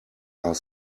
are